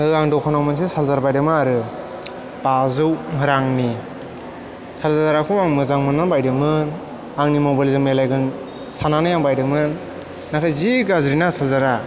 आं दखानाव मोनसे चारजार बायदोंमोन आरो बाजौ रांनि चारजार खौ आं मोजां मोन्नानै बायदोंमोन आंनि मबाइल जों मिलायगोन सान्नानै आं बायदोंमोन नाथाय जि गाज्रिना चारजारा